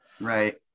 Right